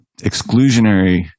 exclusionary